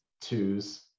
twos